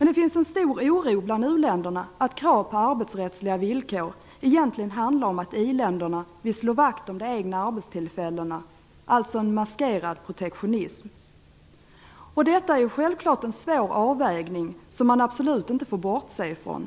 Det finns en stor oro bland u-länderna för att krav på arbetsrättsliga villkor egentligen handlar om att iländerna vill slå vakt om de egna arbetstillfällena - alltså en maskerad protektionism. Detta är självklart en svår avvägning, som man absolut inte får bortse från.